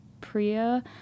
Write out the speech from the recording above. Priya